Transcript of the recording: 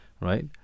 right